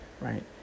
Right